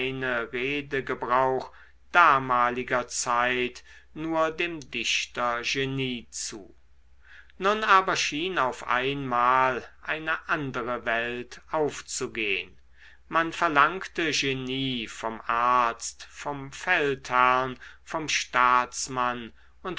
redegebrauch damaliger zeit nur dem dichter genie zu nun aber schien auf einmal eine andere welt aufzugehn man verlangte genie vom arzt vom feldherrn vom staatsmann